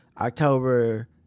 October